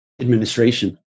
administration